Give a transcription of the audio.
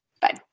Bye